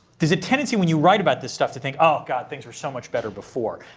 there's a tendency when you write about this stuff to think, oh, god, things were so much better before.